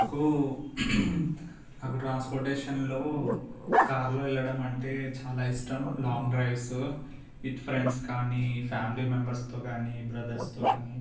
నాకు ట్రాన్స్పోర్టేషన్లో కార్లో వెళ్లడం అంటే చాలా ఇష్టం లాంగ్ డ్రైవ్స్ విత్ ఫ్రెండ్స్ కానీ ఫ్యామిలీ మెంబర్స్తో కాని బ్రదర్స్తో కానీ